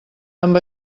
amb